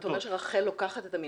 אתה אומר שרח"ל לוקחת את המינהלת?